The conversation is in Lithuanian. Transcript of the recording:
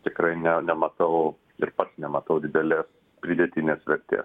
tikrai ne nematau ir pats nematau didelės pridėtinės vertės